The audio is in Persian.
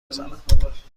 میزنم